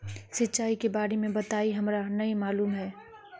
सिंचाई के बारे में बताई हमरा नय मालूम है?